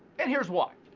and here's why.